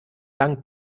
lang